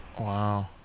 Wow